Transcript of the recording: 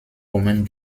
omen